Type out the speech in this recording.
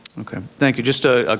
okay, thank you. just ah ah